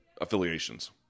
affiliations